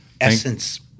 Essence